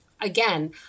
again